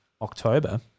October